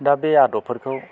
दा बे आदबफोरखौ